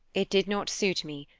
it did not suit me,